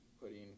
putting